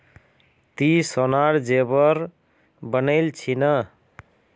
ती सोनार जेवर बनइल छि न